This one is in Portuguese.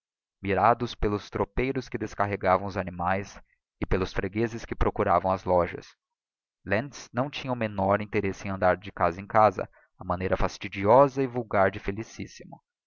mirados pelos tropeiros que descarregavam os animaes e pelos freguezes que procuravam as lojas lentz não tinha o menor interesse em andar de casa em casa á maneira fastidiosa e vulgar de felicissimo